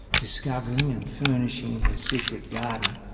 discovering and furnishing their secret garden,